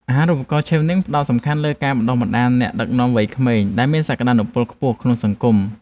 អាហារូបករណ៍ឆេវនីងផ្តោតសំខាន់ទៅលើការបណ្តុះបណ្តាលអ្នកដឹកនាំវ័យក្មេងដែលមានសក្តានុពលខ្ពស់នៅក្នុងសង្គម។